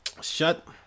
Shut